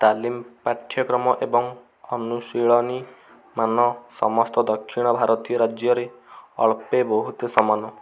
ତାଲିମ ପାଠ୍ୟକ୍ରମ ଏବଂ ଅନୁଶୀଳନୀ ମାନ ସମସ୍ତ ଦକ୍ଷିଣ ଭାରତୀୟ ରାଜ୍ୟରେ ଅଳ୍ପେ ବହୁତେ ସମାନ